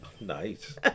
Nice